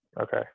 Okay